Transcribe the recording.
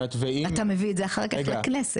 אתה מביא את זה אחר כך לכנסת.